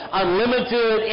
unlimited